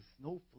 snowflake